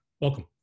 welcome